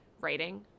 writing